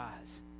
eyes